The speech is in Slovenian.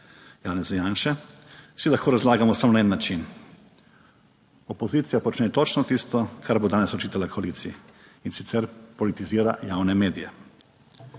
Janeza Janše, si lahko razlagamo samo na en način: opozicija počne točno tisto, kar bo danes očitala koaliciji, in sicer politizira javne medije.